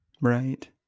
right